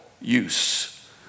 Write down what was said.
use